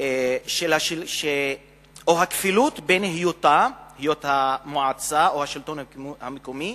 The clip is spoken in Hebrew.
או הכפילות בין היות המועצה או השלטון המקומי